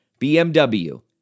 BMW